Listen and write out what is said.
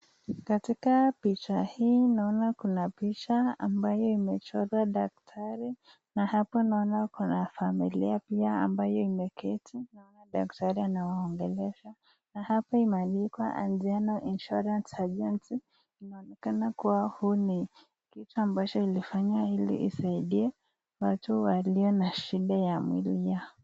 Katika picha hii naona Kuna picha ambayo imechorwa daktari na hapo naona Kuna familia ambayo imeketi naona daktari anawaongelesha. Imeandikwa life insurance na inaonekana hii picha ambayo ilifanyaa isaidie watu ambao Wana familia.